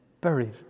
buried